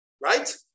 Right